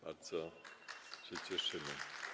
Bardzo się cieszymy.